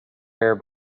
hair